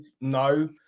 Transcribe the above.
No